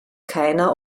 keiner